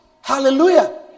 Hallelujah